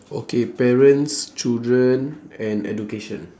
okay parents children and education